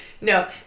No